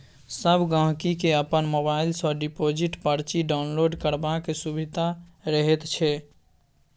सब गहिंकी केँ अपन मोबाइल सँ डिपोजिट परची डाउनलोड करबाक सुभिता रहैत छै